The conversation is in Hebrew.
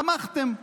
תמכתם.